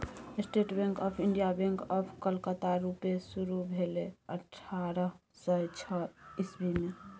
state Bank of India, bank of Calcutta रुपे शुरु भेलै अठारह सय छअ इस्बी मे